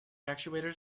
actuators